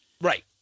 right